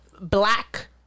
black